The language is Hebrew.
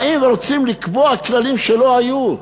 באים ורוצים לקבוע כללים שלא היו.